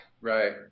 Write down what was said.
Right